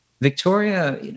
victoria